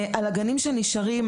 על הגנים שנשארים.